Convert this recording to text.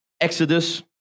Exodus